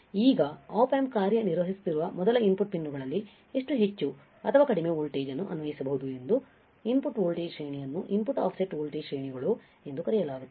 ಈಗ Op amp ಕಾರ್ಯನಿರ್ವಹಿಸುವ ಮೊದಲು ಇನ್ಪುಟ್ ಪಿನ್ಗಳಲ್ಲಿ ಎಷ್ಟು ಹೆಚ್ಚು ಅಥವಾ ಕಡಿಮೆ ವೋಲ್ಟೇಜ್ ಅನ್ನು ಅನ್ವಯಿಸಬಹುದು ಎಂಬ ಇನ್ಪುಟ್ ವೋಲ್ಟೇಜ್ ಶ್ರೇಣಿಯನ್ನು ಇನ್ಪುಟ್ ಆಫ್ಸೆಟ್ ವೋಲ್ಟೇಜ್ ಶ್ರೇಣಿಗಳು ಎಂದು ಕರೆಯಲಾಗುತ್ತದೆ